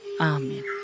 Amen